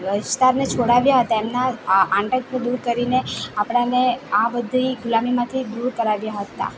વિસ્તારને છોડાવ્યા હતા એમના આ આતંકો દૂર કરીને આપડાને આ બધી ગુલામીમાંથી દૂર કરાવ્યા હતા